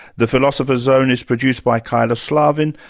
the philosopher's zone is produced by kyla slaven.